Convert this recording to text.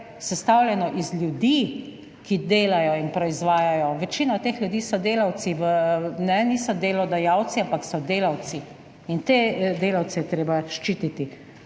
sestavljeno iz ljudi, ki delajo in proizvajajo. Večina teh ljudi so delavci v, kajne, niso delodajalci, ampak so delavci in te delavce je treba ščititi.